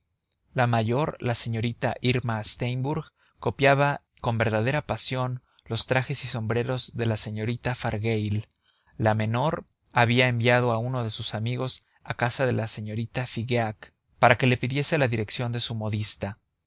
la mayor la señorita irma steimbourg copiaba con verdadera pasión los trajes y sombreros de la señorita fargueil la menor había enviado a uno de sus amigos a casa de la señorita figeac para que le pidiese la dirección de su modista